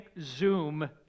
Zoom